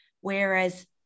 whereas